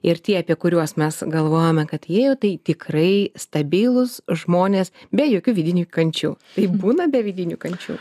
ir tie apie kuriuos mes galvojame kad jie tai tikrai stabilūs žmonės be jokių vidinių kančių taip būna be vidinių kančių